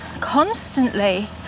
constantly